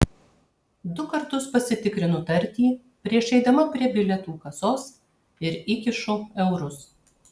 du kartus pasitikrinu tartį prieš eidama prie bilietų kasos ir įkišu eurus